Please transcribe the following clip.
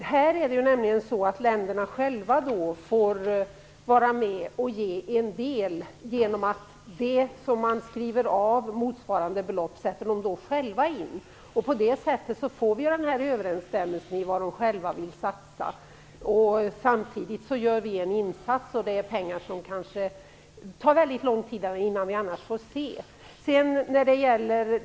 Länderna får i det fallet själva vara med genom att de sätter in ett belopp motsvarande det som avskrivs på det som de själva vill satsa på. Annars tar det kanske väldigt lång tid innan vi får se pengarna.